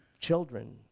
children,